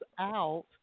out